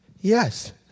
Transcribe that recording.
yes